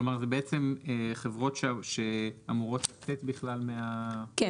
כלומר זה בעצם חברות שאמורות לצאת בכלל מהאסדרה.